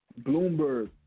Bloomberg